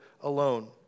alone